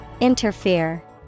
Interfere